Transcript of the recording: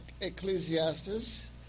Ecclesiastes